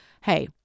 Hey